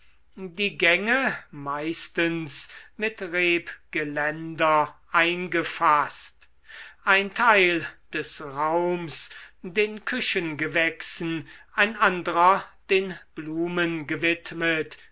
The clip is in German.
die gänge meistens mit rebgeländer eingefaßt ein teil des raums den küchengewächsen ein andrer den blumen gewidmet